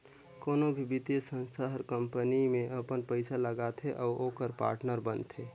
कोनो भी बित्तीय संस्था हर कंपनी में अपन पइसा लगाथे अउ ओकर पाटनर बनथे